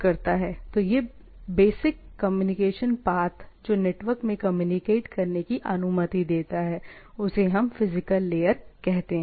तो वह basic communication path जो नेटवर्क में कम्युनिकेट करने की अनुमति देता है उसे हम फिजिकल लेयर कहते है